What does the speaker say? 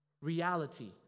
reality